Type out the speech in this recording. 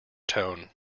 tone